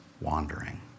wandering